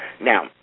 Now